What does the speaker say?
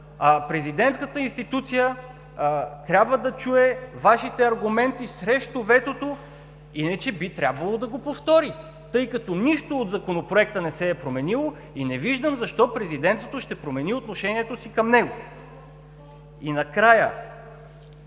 президентската институция трябва да чуе Вашите аргументи срещу ветото, иначе би трябвало да го повтори, тъй като нищо от Законопроекта не се е променило и не виждам защо президентството ще промени отношението си към него. СТАНИСЛАВ